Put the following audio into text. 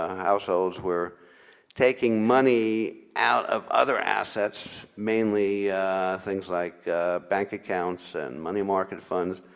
households were taking money out of other assets mainly things like bank accounts, and money market funds,